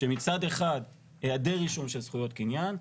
שמצד אחד היעדר רישום של זכויות קניין,